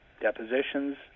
depositions